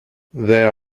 there